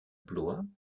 blois